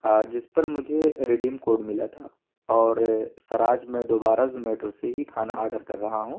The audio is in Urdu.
جس پر مجھے رڈیم کوڈ ملا تھا اور سر آج میں دوبارہ زومیٹو سے ہی کھانا آڈر کر رہا ہوں